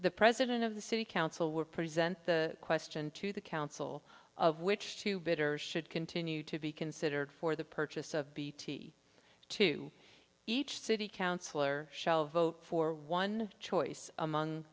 the president of the city council were present the question to the council of which two bidders should continue to be considered for the purchase of bt to each city council or shall vote for one choice among